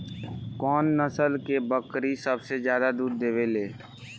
कउन नस्ल के बकरी सबसे ज्यादा दूध देवे लें?